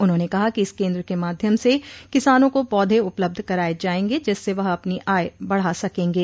उन्होंने कहा कि इस केन्द्र के माध्यम से किसानों को पौधे उपलब्ध कराये जायेंगे जिससे वह अपनी आय बढ़ा सकेंगे